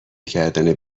کردن